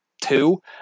two